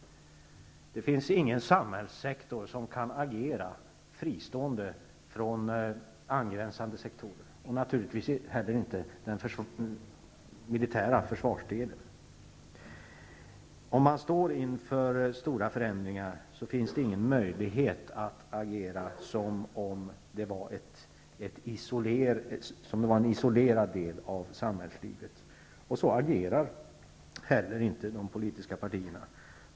Det finns ingen samhällssektor som kan agera fristående från angränsande sektorer, naturligtvis inte heller den militära försvarssektorn. Om man står inför stora förändringar, finns det ingen möjlighet att agera som om det var en isolerad del av samhällslivet, och så agerar heller inte de politiska partierna.